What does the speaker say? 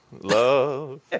Love